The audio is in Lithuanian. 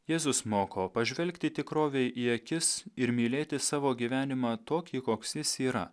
jėzus moko pažvelgti tikrovei į akis ir mylėti savo gyvenimą tokį koks jis yra